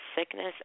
sickness